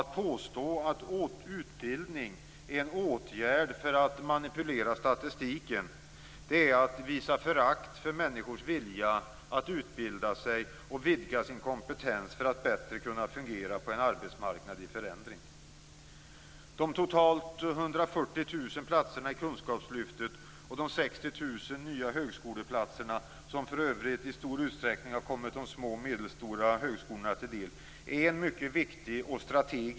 Att påstå att utbildning är en åtgärd för att manipulera statistiken är att visa förakt för människors vilja att utbilda sig och vidga sin kompetens för att bättre kunna fungera på en arbetsmarknad i förändring.